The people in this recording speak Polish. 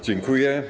Dziękuję.